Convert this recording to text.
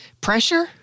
pressure